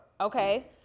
Okay